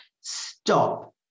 stop